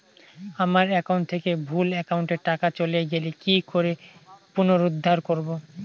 আমার একাউন্ট থেকে ভুল একাউন্টে টাকা চলে গেছে কি করে পুনরুদ্ধার করবো?